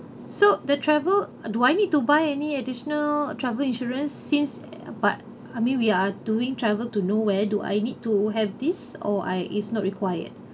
so the travel do I need to buy any additional travel insurance since but I mean we are doing travel to nowhere do I need to have this or I is not required